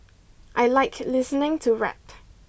I like listening to rap